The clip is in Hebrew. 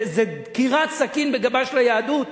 זה דקירת סכין בגבה של היהדות.